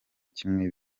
kimwe